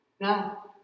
Now